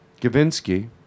Gavinsky